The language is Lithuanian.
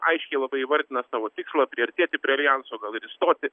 aiškiai labai įvardina savo tikslą priartėti prie aljanso gal ir įstoti